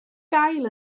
gael